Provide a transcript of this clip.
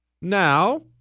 Now